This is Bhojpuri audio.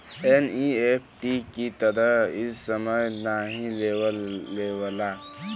एन.ई.एफ.टी की तरह इ समय नाहीं लेवला